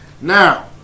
now